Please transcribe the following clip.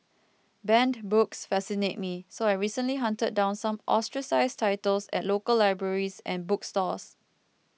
banned books fascinate me so I recently hunted down some ostracised titles at local libraries and bookstores